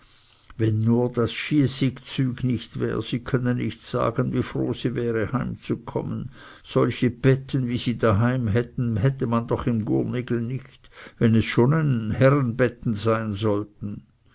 wenn nur das schießig züg nicht wäre sie könnte nicht sagen wie froh sie wäre heimzukommen solche betten wie sie daheim hätten hätte man doch im gurnigel nicht wenn es schon herrenbetten sein sollten